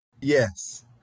Yes